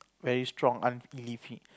very strong un